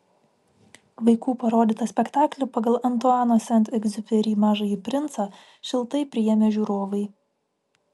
vaikų parodytą spektaklį pagal antuano sent egziuperi mažąjį princą šiltai priėmė žiūrovai